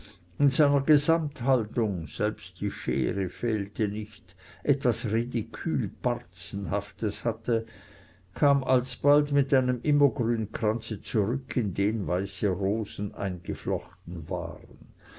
in seiner gesamthaltung selbst die schere fehlte nicht etwas ridikül parzenhaftes hatte kam alsbald mit einem immergrünkranze zurück in den weiße rosen eingeflochten waren